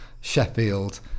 Sheffield